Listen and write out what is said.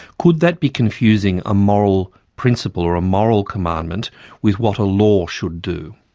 could that be confusing a moral principle or a moral commandment with what a law should do?